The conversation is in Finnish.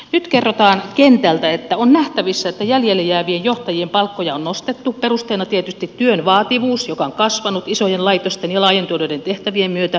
nyt kerrotaan kentältä että on nähtävissä että jäljelle jäävien johtajien palkkoja on nostettu perusteena tietysti työn vaativuus joka on kasvanut isojen laitosten ja laajentuneiden tehtävien myötä